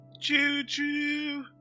Choo-choo